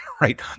right